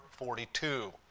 42